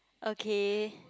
okay